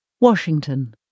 Washington